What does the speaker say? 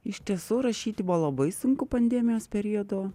iš tiesų rašyti buvo labai sunku pandemijos periodo